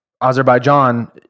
Azerbaijan